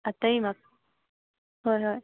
ꯑꯇꯩ ꯍꯣꯏ ꯍꯣꯏ